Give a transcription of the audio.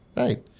right